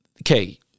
okay